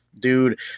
dude